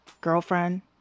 girlfriend